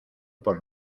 por